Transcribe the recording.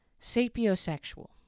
Sapiosexual